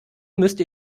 müsste